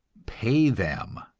pay them!